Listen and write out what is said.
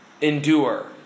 Endure